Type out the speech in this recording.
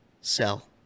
Sell